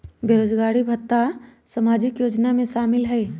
बेरोजगारी भत्ता सामाजिक योजना में शामिल ह ई?